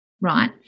right